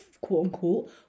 quote-unquote